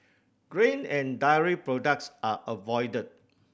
grain and dairy products are avoided